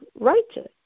righteous